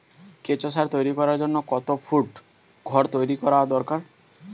কেঁচো সার তৈরি করার জন্য কত ফুট ঘর তৈরি করা দরকার?